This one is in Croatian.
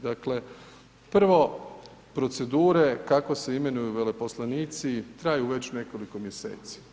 Dakle, prvo procedure kako se imenuju veleposlanici traju već nekoliko mjeseci.